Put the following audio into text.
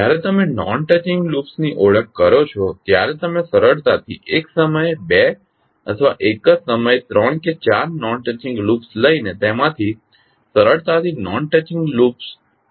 જ્યારે તમે non touching લૂપ્સની ઓળખ કરો છો ત્યારે તમે સરળતાથી એક સમયે બે અથવા એક જ સમયે ત્રણ કે ચાર નોન ટચિંગ લૂપ્સ લઇને તેમાંથી સરળતાથી નોન ટચિંગ લૂપ્સ